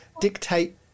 dictate